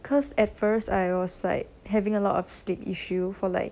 cause at first I was like having a lot of sleep issue for like